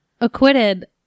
acquitted